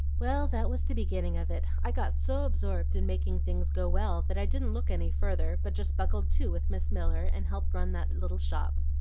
well, that was the beginning of it. i got so absorbed in making things go well that i didn't look any further, but just buckled to with miss miller and helped run that little shop.